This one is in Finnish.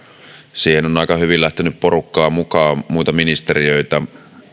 siihen on aika hyvin lähtenyt porukkaa mukaan muita ministeriöitä